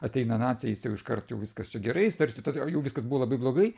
ateina naciai jis jau iškart jau viskas čia gerai jis tarsi to jau viskas buvo labai blogai